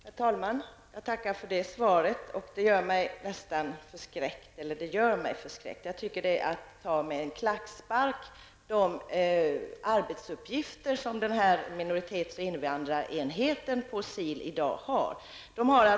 Herr talman! Jag tackar för svaret. Det gör mig förskräckt. Det är att ta de arbetsuppgifter som minoritets och invandrarenheten på SIL i dag har med en klackspark.